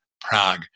Prague